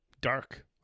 Dark